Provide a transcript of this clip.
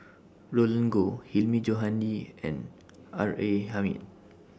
Roland Goh Hilmi Johandi and R A Hamid